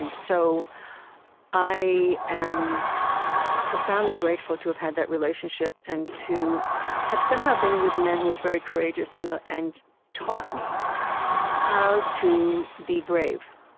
so i am profoundly grateful to have had that relationship and to have somehow been with a man who was very courageous and ah and taught me how to be brave